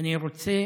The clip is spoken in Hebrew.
ואני רוצה